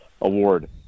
award